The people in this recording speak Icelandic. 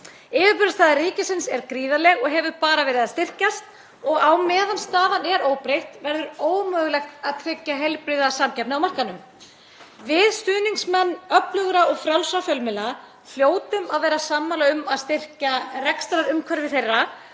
Yfirburðastaða ríkisins er gríðarleg og hefur bara verið að styrkjast og á meðan staðan er óbreytt verður ómögulegt að tryggja heilbrigða samkeppni á markaðnum. Við stuðningsmenn öflugra og frjálsra fjölmiðla hljótum að vera sammála um að styrkja rekstrarumhverfi þeirra.